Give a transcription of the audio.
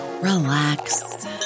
relax